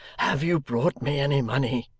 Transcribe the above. have you brought me any money